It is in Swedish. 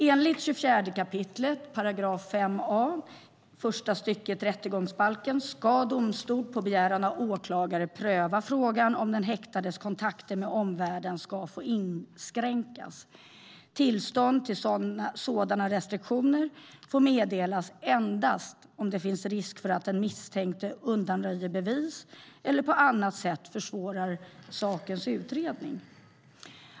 Enligt 24 kap. 5 a § första stycket rättegångsbalken ska domstol på begäran av åklagare pröva frågan om den häktades kontakter med omvärlden ska få inskränkas. Tillstånd till sådana restriktioner får meddelas endast om det finns risk för att den misstänkte undanröjer bevis eller på annat sätt försvårar sakens utredning.